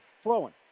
flowing